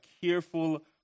careful